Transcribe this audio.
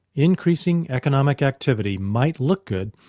increasing economic activity might look good,